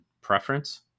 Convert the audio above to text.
preference